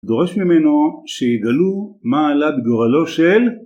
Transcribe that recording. דורש ממנו שיגלו מה עלה בגורלו של?